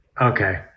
Okay